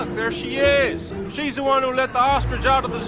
um there she is. she's the one who let the ostrich out at the zoo.